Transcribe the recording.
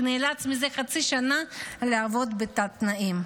שנאלץ זה חצי שנה לעבוד בתת-תנאים.